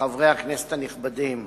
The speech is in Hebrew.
חברי הכנסת הנכבדים,